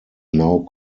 now